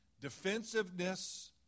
defensiveness